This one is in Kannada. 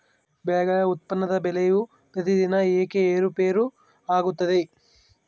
ಬೆಳೆಗಳ ಉತ್ಪನ್ನದ ಬೆಲೆಯು ಪ್ರತಿದಿನ ಏಕೆ ಏರುಪೇರು ಆಗುತ್ತದೆ?